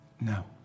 No